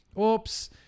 oops